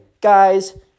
Guys